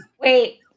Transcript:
Wait